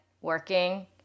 working